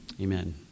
Amen